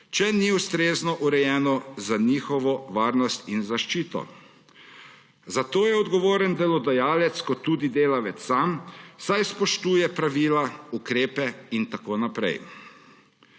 če ni ustrezno urejeno za njihovo varnost in zaščito. Za to je odgovoren delodajalec kot tudi delavec sam, saj spoštuje pravila, ukrepe in tako naprej.